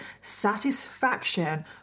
satisfaction